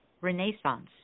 Renaissance